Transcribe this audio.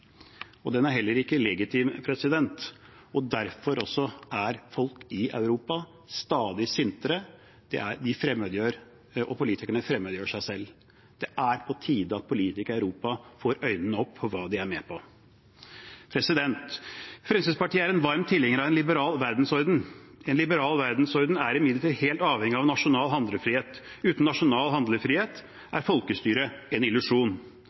landegrenser. Den er heller ikke legitim, og derfor er folk i Europa stadig sintere, og politikerne fremmedgjør seg selv. Det er på tide at politikere i Europa får øynene opp for hva de er med på. Fremskrittspartiet er en varm tilhenger av en liberal verdensorden. En liberal verdensorden er imidlertid helt avhengig av nasjonal handlefrihet. Uten nasjonal handlefrihet er folkestyre en illusjon.